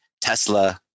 Tesla